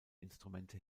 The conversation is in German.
instrumente